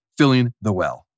fillingthewell